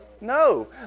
No